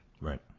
Right